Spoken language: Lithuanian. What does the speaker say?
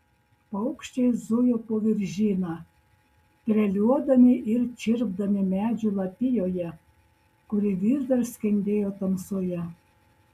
paukščiai zujo po viržyną treliuodami ir čirpdami medžių lapijoje kuri vis dar skendėjo tamsoje